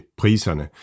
priserne